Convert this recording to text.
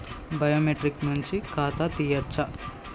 Biometric నుంచి ఖాతా తీయచ్చా?